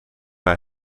hij